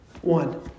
One